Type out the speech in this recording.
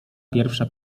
pierwsza